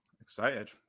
Excited